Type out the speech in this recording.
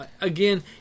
again